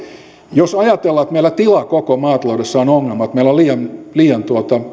jos ajatellaan että meillä tilakoko maataloudessa on ongelma että meillä on liian liian